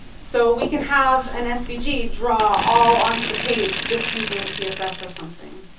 so we can have an svg draw all onto the page, just using css or something.